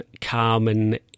Carmen